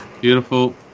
Beautiful